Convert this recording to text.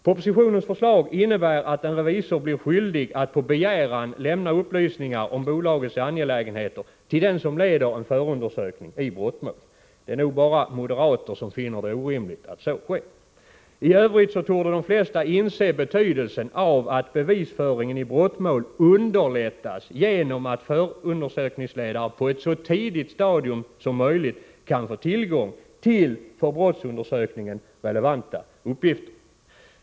Propositionens förslag innebär att en revisor blir skyldig att på begäran lämna upplysningar om bolagets angelägenheter till den som leder en förundersökning i brottmål. Det är nog bara moderater som finner det orimligt att så sker. I övrigt torde de flesta inse betydelsen av att bevisföringen i brottmål underlättas genom att förundersökningsledare på ett så tidigt stadium som möjligt kan få tillgång till för brottsundersökningen relevanta uppgifter.